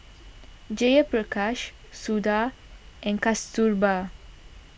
Jayaprakash Suda and Kasturba